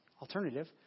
alternative